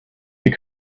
you